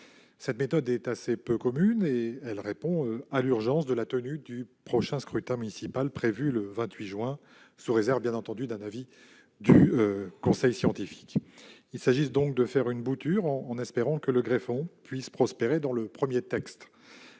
Cette méthode, assez peu commune, répond à l'urgence de la tenue du prochain scrutin municipal prévu le 28 juin prochain, sous réserve d'un avis du conseil scientifique. Il s'agit donc de faire une bouture, en espérant que le greffon puisse prospérer dans le premier texte,